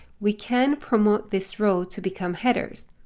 we can promote this row to become headers.